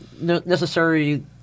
necessary